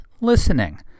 listening